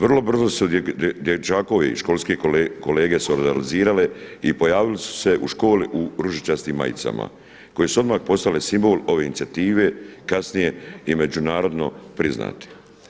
Vrlo brzo su dječakovi školske kolege solidarizirale i pojavili su se u školi u ružičastim majicama koje su odmah postale simbol ove inicijative, kasnije i međunarodno priznate.